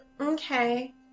Okay